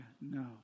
No